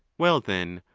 well, then,